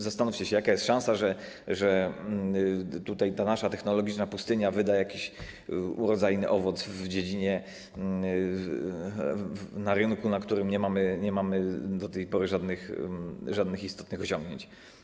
Zastanówcie się, jaka jest szansa, że tutaj ta nasza technologiczna pustynia wyda jakiś urodzajny owoc w tej dziedzinie, na rynku, na którym nie mamy do tej pory żadnych istotnych osiągnięć.